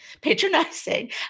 patronizing